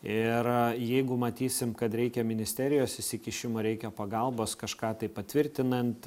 ir jeigu matysim kad reikia ministerijos įsikišimo reikia pagalbos kažką tai patvirtinant